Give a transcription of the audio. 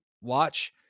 watch –